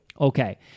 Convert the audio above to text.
Okay